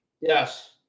Yes